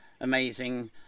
amazing